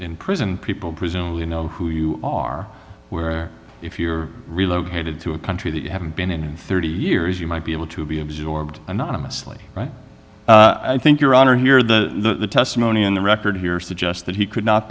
prison people presumably know who you are where if you're relocated to a country that you haven't been in in thirty years you might be able to be absorbed anonymously i think your honor here the testimony in the record here suggests that he could not